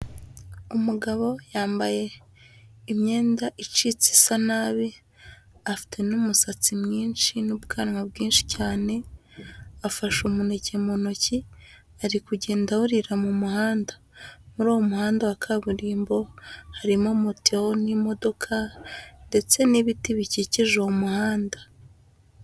Umugabo yambaye imyenda icitse isa nabi afite n'umusatsi mwinshi n'ubwanwa bwinshi cyane, afashe umuneke mu ntoki ari kugenda awurira mu muhanda. Muri uwo muhanda wa kaburimbo harimo moto n'imodoka ndetse n'ibiti bikikije uwo muhanda.